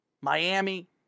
Miami